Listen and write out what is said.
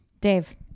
Dave